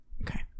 Okay